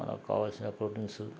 మనకు కావలసిన ప్రోటీన్స్